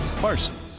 Parsons